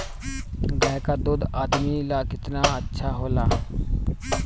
गाय का दूध आदमी ला कितना अच्छा होला?